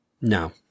No